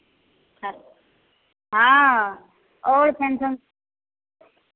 अच्छा हँ ओहि फैशन